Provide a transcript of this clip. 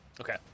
Okay